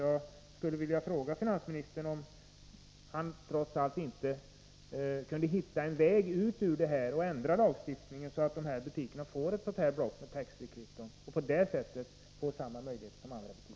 Jag vill fråga finansministern om han trots allt inte tror att det går att hitta en väg ut ur det här och ändra lagstiftningen så att butikerna på flygplatserna får använda ”tax-free”-kvitton och på det sättet ges samma möjligheter som andra butiker.